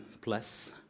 plus